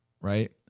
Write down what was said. Right